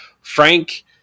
Frank